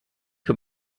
who